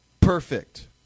perfect